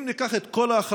אם ניקח את כל ההחרגות,